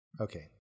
Okay